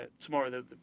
tomorrow